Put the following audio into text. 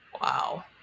Wow